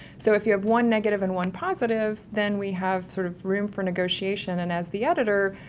so if you have one negative and one positive, then we have sort of room for negotiation and as the editor,